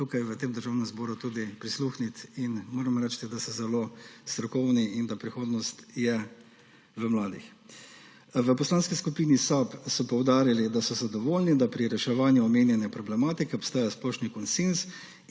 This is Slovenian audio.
tukaj v Državnem zboru tudi prisluhniti. Moram reči, da so zelo strokovni in da prihodnost je na mladih. V Poslanski skupini SAB so poudarili, da so zadovoljni, da pri reševanju omenjene problematike obstaja splošni konsenz